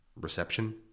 reception